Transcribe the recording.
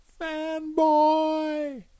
Fanboy